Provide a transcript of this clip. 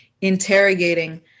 interrogating